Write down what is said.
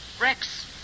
Rex